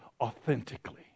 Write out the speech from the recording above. authentically